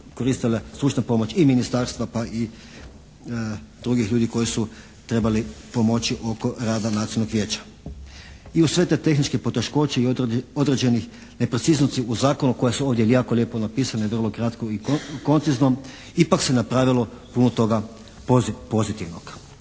koristila stručna pomoć i ministarstva pa i drugih ljudi koji su trebali pomoći oko rada nacionalnog vijeća. I uz sve te tehničke poteškoće i određene nepreciznosti u zakonu koje su ovdje jako lijepo napisano vrlo kratko i koncizno ipak se napravilo puno toga pozitivnog.